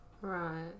Right